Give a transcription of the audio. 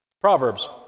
Proverbs